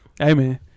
Amen